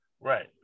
Right